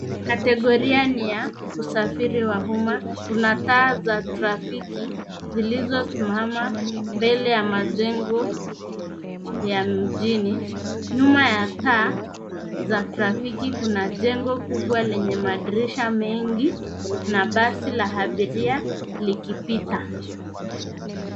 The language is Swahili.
Kategoria ni ya usafiri wa umma. Kuna taa za trafiki zilizosimama mbele ya majengo ya mjini. Nyuma ya taa za trafiki kuna jengo kubwa lenye madirisha mengi na basi la abiria likipita.